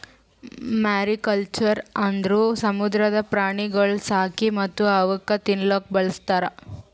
mariculture ಅಂದುರ್ ಸಮುದ್ರದ ಪ್ರಾಣಿಗೊಳ್ ಸಾಕಿ ಮತ್ತ್ ಅವುಕ್ ತಿನ್ನಲೂಕ್ ಬಳಸ್ತಾರ್